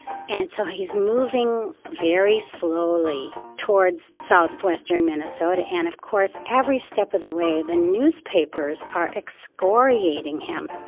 and so he's moving very slowly towards southwestern minnesota. and of course, every step of the way the newspapers are excoriating him.